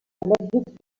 allergic